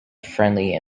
friendly